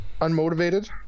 unmotivated